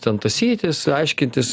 ten tąsytis aiškintis